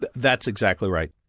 that's exactly right.